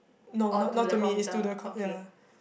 no not not to me is to the co~ ya